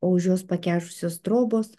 o už jos pakežusios trobos